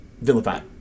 vilified